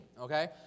okay